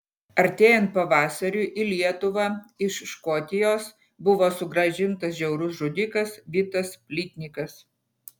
artėjant pavasariui į lietuvą iš škotijos buvo sugrąžintas žiaurus žudikas vitas plytnikas